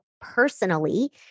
personally